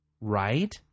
right